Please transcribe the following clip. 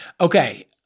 Okay